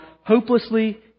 hopelessly